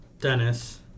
Dennis